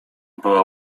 była